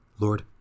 Lord